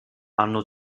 hanno